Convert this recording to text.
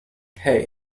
hey